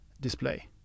display